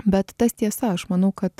bet tas tiesa aš manau kad